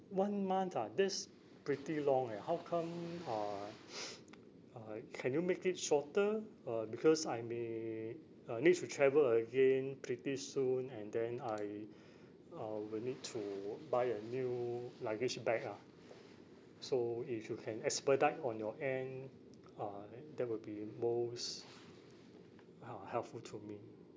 one month ah that's pretty long eh how come uh uh can you make it shorter uh because I may uh need to travel again pretty soon and then I uh will need to buy a new luggage bag ah so if you can expedite on your end uh that would be most he~ helpful to me